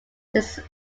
since